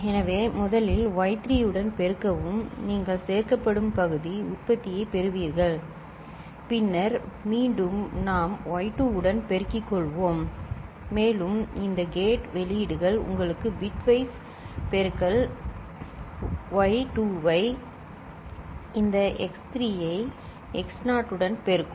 எனவே முதலில் y3 உடன் பெருக்கவும் நீங்கள் சேர்க்கப்படும் பகுதி உற்பத்தியைப் பெறுவீர்கள் பின்னர் மீண்டும் நாம் y2 உடன் பெருக்கிக் கொள்வோம் மேலும் இந்த கேட் வெளியீடுகள் உங்களுக்கு பிட்வைஸ் பெருக்கல் y2 ஐ இந்த x3 ஐ x நாட் உடன் பெருக்கும்